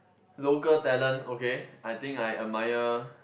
local talent okay I think I admire